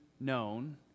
known